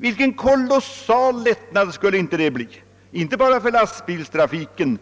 Vilken kolossal lättnad skulle inte en sådan motorväg innebära inte bara för lastbilstrafiken